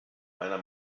meiner